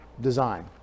design